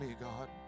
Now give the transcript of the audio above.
God